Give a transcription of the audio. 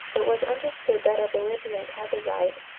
it was understood that a belligerent had the right,